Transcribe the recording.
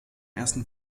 ersten